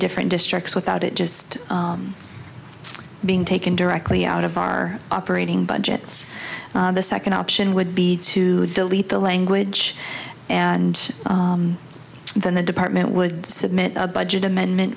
different districts without it just being taken directly out of our operating budgets the second option would be to delete the language and then the department would submit a budget amendment